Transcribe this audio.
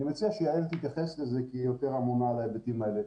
אני מציע שיעל תתייחס לזה כי היא יותר אמונה על ההיבטים האלה.